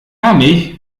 milch